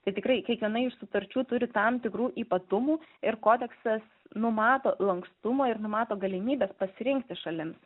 tai tikrai kiekviena iš sutarčių turi tam tikrų ypatumų ir kodeksas numato lankstumą ir numato galimybes pasirinkti šalims